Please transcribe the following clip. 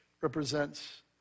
represents